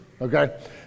okay